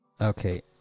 okay